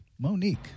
Monique